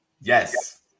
Yes